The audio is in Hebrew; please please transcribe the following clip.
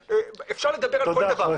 אפשר לדבר על כל דבר,